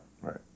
Right